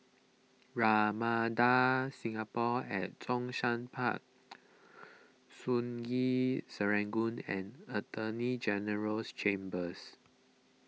Ramada Singapore at Zhongshan Park Sungei Serangoon and Attorney General's Chambers